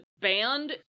band